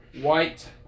White